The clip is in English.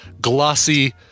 glossy